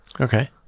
Okay